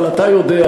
אבל אתה יודע,